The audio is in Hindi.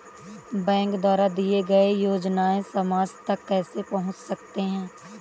बैंक द्वारा दिए गए योजनाएँ समाज तक कैसे पहुँच सकते हैं?